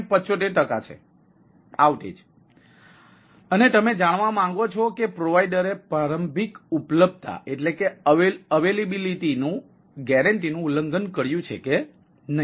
75 છે અને તમે જાણવા માંગો છો કે પ્રોવાઇડરએ પ્રારંભિક ઉપલબ્ધતા ગેરંટીનું ઉલ્લંઘન કર્યું છે કે નહીં